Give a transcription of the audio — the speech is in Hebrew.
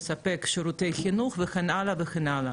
לספק שירותי חינוך וכן הלאה וכן הלאה.